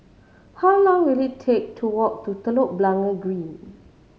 how long will it take to walk to Telok Blangah Green